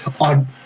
on